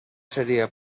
seria